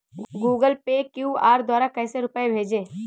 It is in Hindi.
गूगल पे क्यू.आर द्वारा कैसे रूपए भेजें?